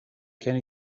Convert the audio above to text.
can